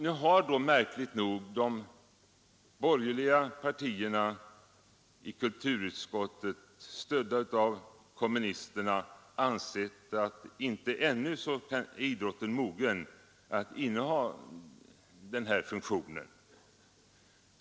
Nu har märkligt nog de borgerliga partierna i kulturutskottet, stödda av kommunisterna, ansett att idrotten ännu inte är mogen att inneha detta förtroende.